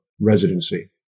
residency